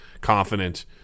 Confident